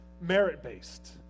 merit-based